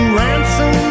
ransom